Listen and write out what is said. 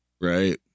Right